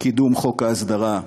קידום חוק ההסדרה,